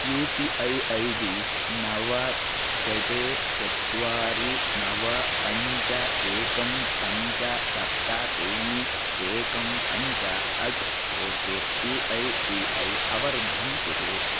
you P I I D नव षट् चत्वारि नव पञ्च एकं पञ्च सप्त त्रीणि एकं पञ्च at O K C I C I अवरुद्धं कुरु